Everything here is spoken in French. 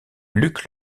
luc